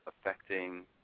affecting